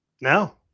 No